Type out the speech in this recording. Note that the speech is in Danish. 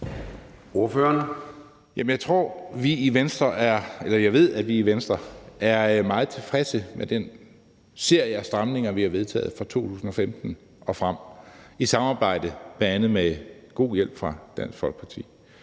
Jeg ved, at vi i Venstre er meget tilfredse med den serie af stramninger, vi har vedtaget fra 2015 og frem i samarbejde med og med god hjælp fra bl.a. Dansk Folkeparti.